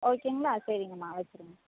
ஓகேங்களா சரிங்கம்மா வெச்சுருங்க